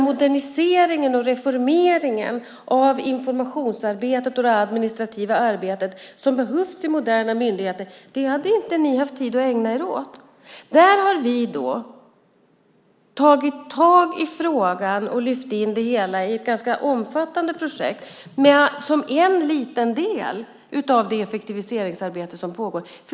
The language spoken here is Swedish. Moderniseringen och reformeringen av informationsarbetet och det administrativa arbetet som behövs i moderna myndigheter hade ni inte haft tid att ägna er åt. Vi har tagit tag i frågan och lyft in det hela i ett ganska omfattande projekt som en liten del av det effektiviseringsarbete som pågår.